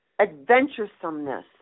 adventuresomeness